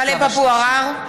(קוראת בשמות חברי הכנסת) טלב אבו עראר,